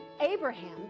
Abraham